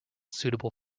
suitable